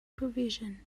provision